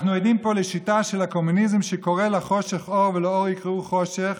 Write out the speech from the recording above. אנחנו עדים פה לשיטה של הקומוניזם שקורא לחושך אור ולאור יקראו חושך,